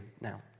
now